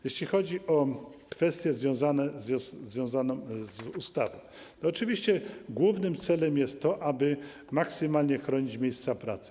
Jeśli chodzi o kwestie związane z ustawą, to oczywiście głównym celem jest to, aby maksymalnie chronić miejsca pracy.